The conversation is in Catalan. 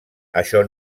això